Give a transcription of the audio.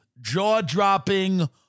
jaw-dropping